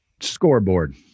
scoreboard